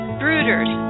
brooders